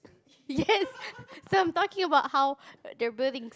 yes so I'm talking about how they are building